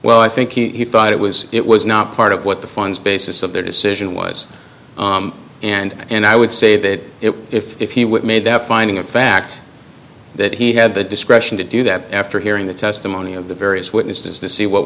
well i think he thought it was it was not part of what the funds basis of their decision was and and i would say that if if he would made that finding of fact that he had the discretion to do that after hearing the testimony of the various witnesses to see what